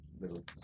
little